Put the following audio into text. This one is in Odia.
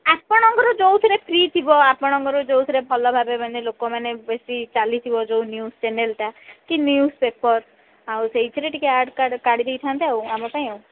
ଆପଣଙ୍କର ଯୋଉଥିରେ ଫ୍ରି ଥିବ ଆପଣଙ୍କର ଯୋଉଥିରେ ଭଲ ଭାବେ ମାନେ ଲୋକମାନେ ବେଶୀ ଚାଲିଥିବ ଯୋଉ ନିଉଜ୍ ଚ୍ୟାନେଲ୍ଟା କି ନିଉଜ୍ ପେପର୍ ଆଉ ସେଇଥିରେ ଟିକେ ଆଡ୍ କାଢ଼ି ଦେଇଥାନ୍ତେ ଆଉ ଆମ ପାଇଁ ଆଉ